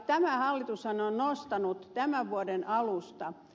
tämä hallitushan on nostanut tämän vuoden alusta